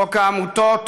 חוק העמותות,